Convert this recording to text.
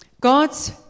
God's